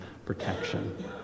protection